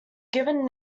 given